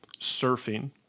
Surfing